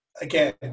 Again